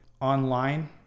online